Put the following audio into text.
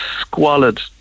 squalid